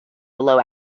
below